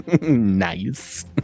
Nice